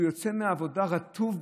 הוא יוצא מהעבודה רטוב,